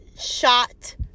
shot